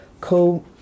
co-